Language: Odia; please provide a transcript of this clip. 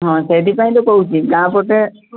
ହଁ ସେଥିପାଇଁ ତ କହୁଛି ଗାଁ ପଟେ